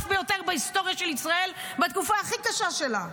ביותר בהיסטוריה של ישראל בתקופה הכי קשה שלה.